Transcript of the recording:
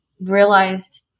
realized